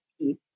peace